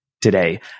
today